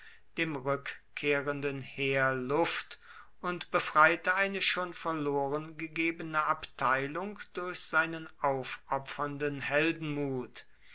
dem rückkehrenden heer luft und befreite eine schon verloren gegebene abteilung durch seinen aufopfernden heldenmut